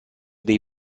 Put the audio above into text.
dei